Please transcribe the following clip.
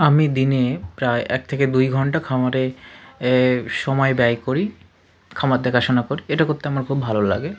আমি দিনে প্রায় এক থেকে দুই ঘণ্টা খামারে এ সময় ব্যয় করি খামার দেখাশোনা করি এটা করতে আমার খুব ভালো লাগে